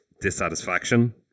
dissatisfaction